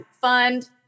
fund